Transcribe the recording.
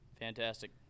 Fantastic